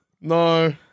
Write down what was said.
No